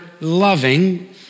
loving